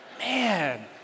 Man